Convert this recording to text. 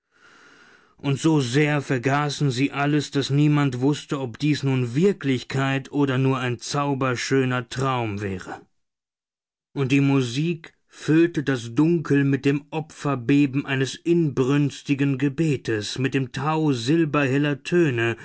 und so sehr vergaßen sie alles daß niemand wußte ob dies nun wirklichkeit oder nur ein zauberschöner traum wäre und die musik füllte das dunkel mit dem opferbeben eines inbrünstigen gebetes mit dem tau silberheller töne